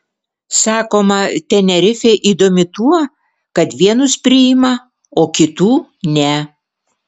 sakoma tenerifė įdomi tuo kad vienus priima o kitų ne